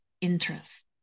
interests